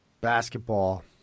basketball